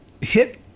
hit